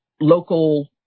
local